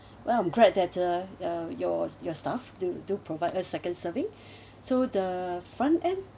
well I'm glad that the uh your~ your staff do do provide us second serving so the front end